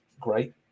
great